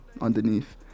underneath